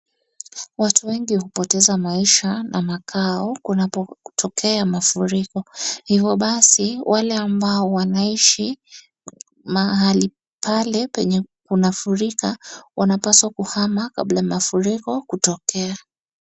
Watu wengi hupoteza maisha na makao kunapotokea mafuriko, hivyo basi wale ambao wanaishi mahali pale penye kunafurika wanapaswa kuhama kabla mafuriko kutokea.